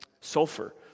sulfur